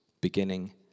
beginning